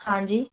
हाँ जी